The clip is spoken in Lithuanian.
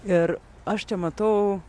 ir aš čia matau